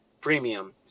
premium